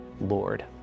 Lord